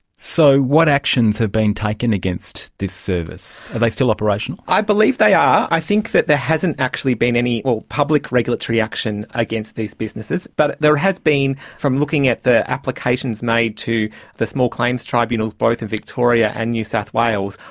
so what actions have been taken against this service? are they still operational? i believe they are. i think that there hasn't actually been any public regulatory action against these businesses, but there has been, from looking at the applications made to the small claims tribunals both in victoria and new south wales,